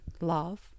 love